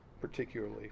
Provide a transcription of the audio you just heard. particularly